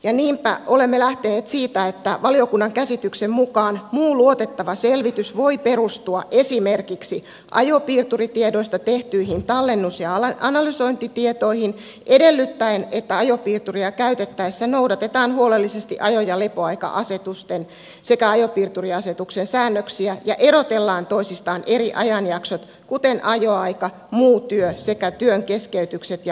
ja niinpä olemme lähteneet siitä että valiokunnan käsityksen mukaan muu luotettava selvitys voi perustua esimerkiksi ajopiirturitiedoista tehtyihin tallennus ja analysointitietoihin edellyttäen että ajopiirturia käytettäessä noudatetaan huolellisesti ajo ja lepoaika asetuksen sekä ajopiirturiasetuksen säännöksiä ja erotellaan toisistaan eri ajanjaksot kuten ajoaika muu työ sekä työn keskeytykset ja lepoajat